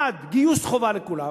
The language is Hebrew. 1. גיוס חובה לכולם,